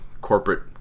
corporate